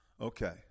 okay